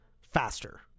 faster